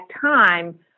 time